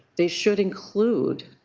they should include